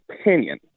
opinion